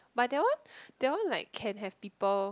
but that one that one like can have people